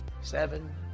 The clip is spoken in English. seven